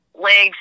legs